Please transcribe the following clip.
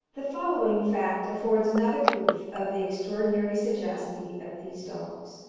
the following fact affords another proof of the extraordinary sagacity of these dogs.